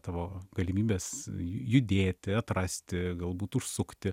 tavo galimybes judėti atrasti galbūt užsukti